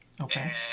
Okay